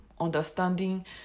Understanding